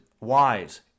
wise